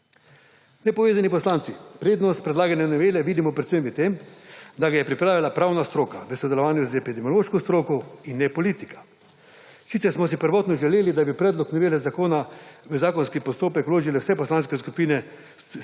Nepovezani poslanci prednost predloga novele vidimo predvsem v tem, da ga je pripravila pravna stroka v sodelovanju z epidemiološko stroko in ne politika. Sicer smo si prvotno želeli, da bi predlog novele zakona v zakonski postopek vložile vse poslanske skupine